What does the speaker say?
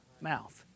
mouth